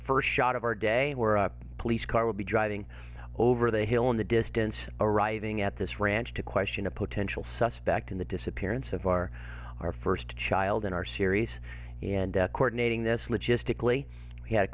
first shot of our day where a police car will be driving over the hill in the distance arriving at this ranch to question a potential suspect in the disappearance of our our first child in our series and according this logistically h